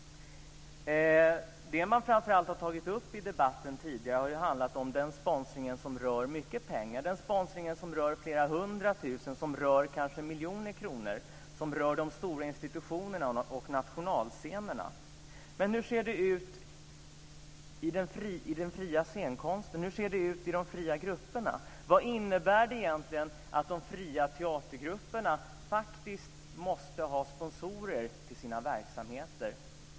Det som man framför allt har tagit upp i debatten tidigare har ju handlat om den sponsring som rör mycket pengar, den sponsring som rör flera hundra tusen och som kanske rör miljoner kronor och som rör de stora institutionerna och nationalscenerna. Men hur ser det ut i den fria scenkonsten? Hur ser det ut i de fria grupperna? Vad innebär det egentligen att de fria teatergrupperna faktiskt måste ha sponsorer till sina verksamheter?